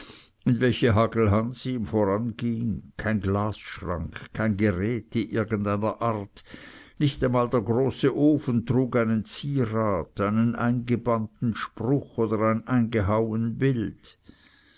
welche hagelhans ihm voranging kein glasschrank kein geräte irgend einer art nicht einmal der große ofen trug einen zierat einen eingebrannten spruch oder ein eingehauen bild